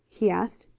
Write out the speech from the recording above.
he asked.